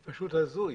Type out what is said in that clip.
זה פשוט הזוי.